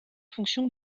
fonction